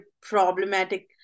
problematic